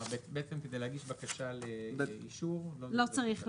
אם כן, כדי להגיש בקשה לאישור, לא צריך לשלם.